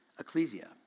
Ecclesia